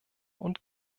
und